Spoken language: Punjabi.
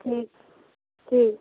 ਠੀਕ ਠੀਕ